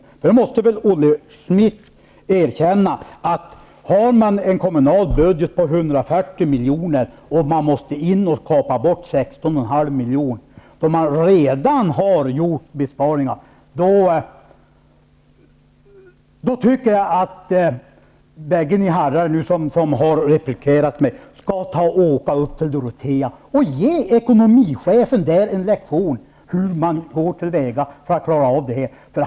Olle Schmidt måste väl erkänna att det är svårt att kapa bort 16,5 miljoner från en kommunal budget på 140 miljoner, då man redan har gjort besparingar. Jag tycker att bägge herrarna som har replikerat mig skall åka upp till Dorotea och ge ekonomichefen där en lektion i hur man går till väga för att klara av det här.